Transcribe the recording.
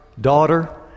Daughter